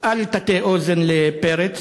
אל תטה אוזן לפרץ.